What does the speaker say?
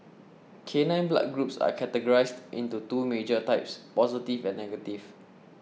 canine blood groups are categorised into two major types positive and negative